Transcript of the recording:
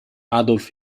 adolf